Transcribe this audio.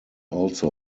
also